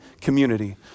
community